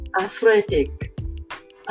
athletic